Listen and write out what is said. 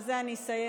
ובזה אני אסיים,